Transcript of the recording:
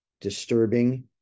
disturbing